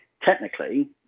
technically